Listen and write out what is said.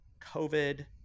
covid